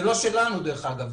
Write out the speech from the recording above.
זה לא שלנו דרך אגב,